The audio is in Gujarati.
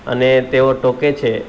અને તેઓ ટોકે છે